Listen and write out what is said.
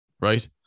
right